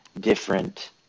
different